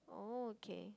oh okay